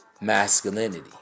masculinity